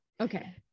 Okay